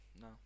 No